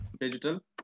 Digital